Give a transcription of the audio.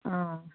ꯑꯥ